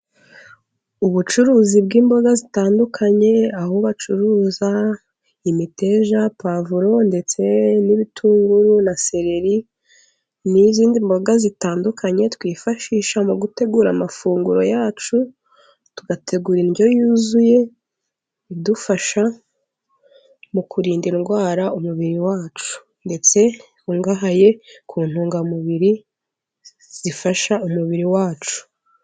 Ubucuruzi bw'imboga zitandukanye, aho bacuruza imiteja, pavuro, ndetse n'ibitunguru, na seleri, n'izindi mboga zitandukanye twifashisha mu gutegura amafunguro yacu, tugategura indyo yuzuye, idufasha mu kurinda indwara umubiri wacu, ndetse ikungahaye ku ntungamubiri zifasha umubiri wacu.